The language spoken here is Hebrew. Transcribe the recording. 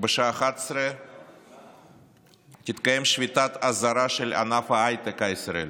בשעה 11:00 תתקיים שביתת אזהרה של ענף ההייטק הישראלי,